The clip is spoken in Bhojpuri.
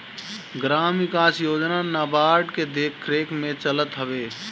ग्राम विकास योजना नाबार्ड के देखरेख में चलत हवे